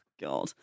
god